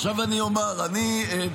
עכשיו אני אומר, אני דמוקרט,